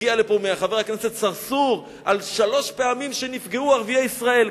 הגיע לפה חבר הכנסת צרצור על שלוש פעמים שנפגעו ערביי ישראל.